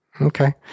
Okay